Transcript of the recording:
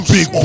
Big